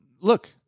look